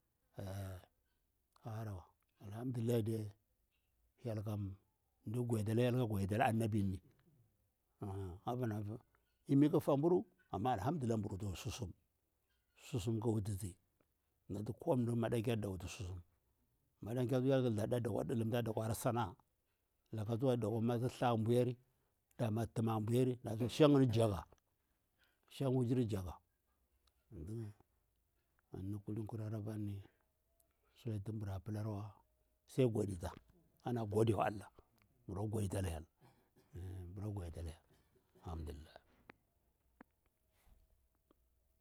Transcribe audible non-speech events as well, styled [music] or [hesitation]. [hesitation] alhamdulillah mdah kha gwaɗitu aka hyel mdah kha gwaɗitu aka anabi avana lmi kha faburu amma alhamdulillahi mbur ka susum, susum kha wutu si natu kowani maɗankyar kha wutu susum, maɗankyar hyel kah thirɗa dakwa ɗulumtar da kwa hara sana a, laka tsuwa da kwa matu tha da ɗuyari, da matu tuma da ɓuyari kaga shang yini jaka, sai kulm kurari mbura pita mu gode wa allah mbura goɗitu ala hyel alhamdullilah.